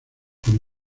con